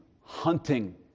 hunting